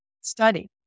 study